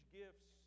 gifts